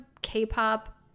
K-pop